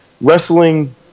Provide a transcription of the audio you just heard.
Wrestling